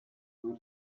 non